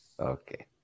Okay